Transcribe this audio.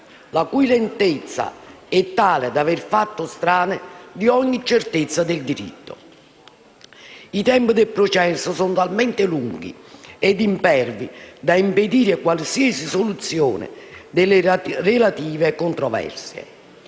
la cui lentezza è tale da aver fatto strame di ogni certezza del diritto. I tempi del processo sono talmente lunghi ed impervi da impedire qualsiasi soluzione delle relative controversie.